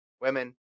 women